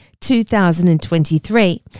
2023